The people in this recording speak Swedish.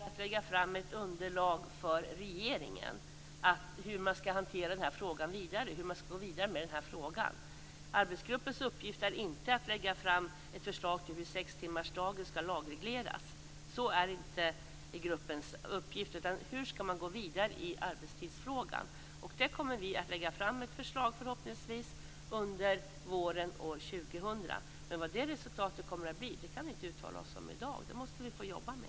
Fru talman! Arbetsgruppens uppgift är att lägga fram ett underlag för regeringen om hur man skall gå vidare med frågan. Arbetsgruppens uppgift är däremot inte att lägga fram ett förslag till hur detta med sextimmarsdagen skall lagregleras. Det är inte gruppens uppgift, utan det handlar om hur man skall gå vidare i arbetstidsfrågan. Vi kommer att lägga fram ett förslag, förhoppningsvis under våren år 2000, men vad resultatet blir kan vi i dag inte uttala oss om. Den saken måste vi få jobba med.